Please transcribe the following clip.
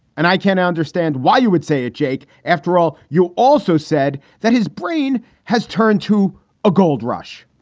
and i can't understand why you would say it, jake, after all. you also said that his brain has turned to a gold rush.